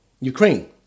Ukraine